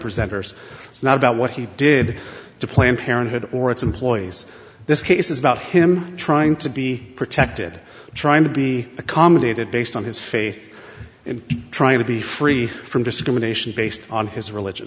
presenters it's not about what he did to planned parenthood or its employees this case is about him trying to be protected trying to be accommodated based on his faith and trying to be free from discrimination based on his religious